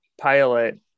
pilot